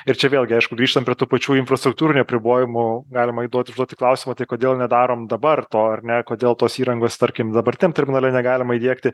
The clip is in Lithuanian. ir čia vėlgi aišku grįžtam prie tų pačių infrastruktūrinių apribojimų galima įduoti užduoti klausimą tai kodėl nedarom dabar to ar ne kodėl tos įrangos tarkim dabar ten terminale negalima įdiegti